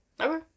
Okay